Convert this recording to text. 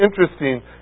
interesting